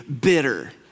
bitter